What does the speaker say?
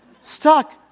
stuck